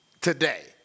today